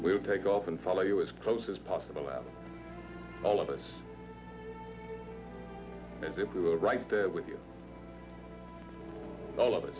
will take off and follow you as close as possible as all of us as if we were right there with you all of it